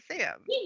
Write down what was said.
Sam